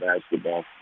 basketball